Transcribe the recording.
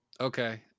Okay